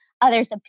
others